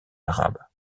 arabe